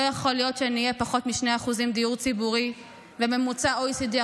לא יכול להיות שנהיה עם פחות מ-2% דיור ציבורי וממוצע ה-OECD,